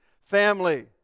Family